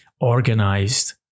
organized